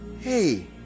Hey